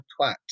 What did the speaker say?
twat